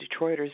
Detroiters